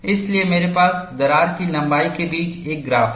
इसलिए मेरे पास दरार की लंबाई के बीच एक ग्राफ है